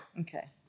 Okay